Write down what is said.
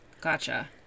Gotcha